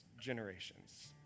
generations